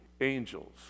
angels